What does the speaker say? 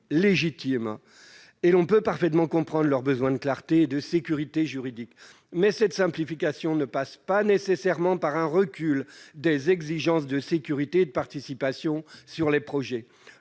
légitime, et l'on peut parfaitement comprendre leurs besoins de clarté et de sécurité juridiques. Mais cette simplification ne passe pas nécessairement par un recul des exigences de sécurité et de participation concernant les projets.